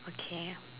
okay